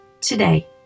today